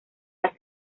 las